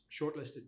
shortlisted